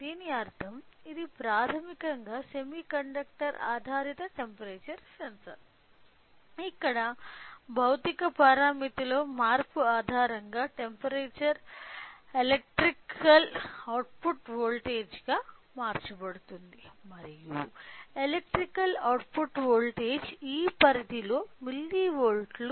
దీని అర్థం ఇది ప్రాథమికంగా సెమీకండక్టర్ ఆధారిత టెంపరేచర్ సెన్సార్ ఇక్కడ భౌతిక పారామీటర్స్లో మార్పు ఆధారంగా టెంపరేచర్ ఎలక్ట్రికల్ అవుట్పుట్ వోల్టేజ్గా మార్చబడుతుంది మరియు ఎలక్ట్రికల్ అవుట్పుట్ వోల్టేజ్ ఈ పరిధిలో మిల్లివోల్ట్లు